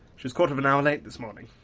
she was quarter of an hour late this morning.